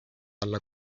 alla